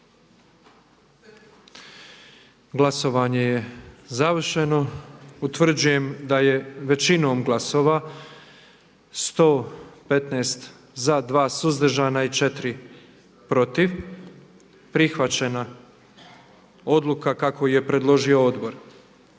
Glasovanje je završeno. Utvrđujem da je sa 82 glasa za, 27 suzdržanih i 7 protiv prihvaćen zaključak kako su ga predložila saborska